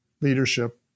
leadership